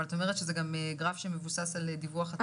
ואת אומרת שזה גרף שמבוסס על דיווח עצמי.